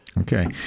Okay